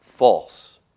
False